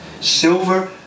Silver